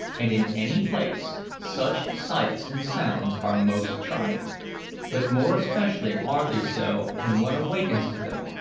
and in any place, such sights and sounds are most charming but more especially are they so when one awakens to them,